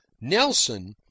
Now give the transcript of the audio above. Nelson